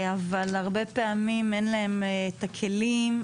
אבל הרבה פעמים אין להם את הכלים,